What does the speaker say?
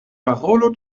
parolo